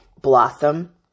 blossom